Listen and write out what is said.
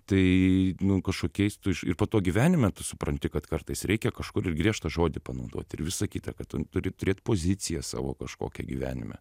tai nu kažkokiais ir po to gyvenime tu supranti kad kartais reikia kažkur griežtą žodį panaudot ir visa kita ką tu turi turėt poziciją savo kažkokią gyvenime